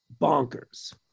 bonkers